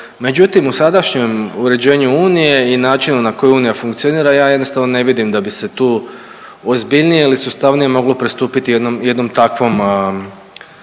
Međutim, u sadašnjem uređenju unije i načinu na koji unija funkcionira ja jednostavno ne vidim da bi se tu ozbiljnije ili sustavnije moglo pristupiti jednom, jednom